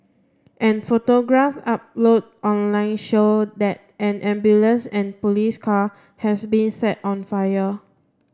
and photographs upload online show that an ambulance and police car has been set on fire